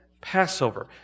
Passover